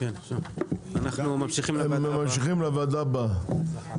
אנחנו ממשיכים לוועדה הבאה.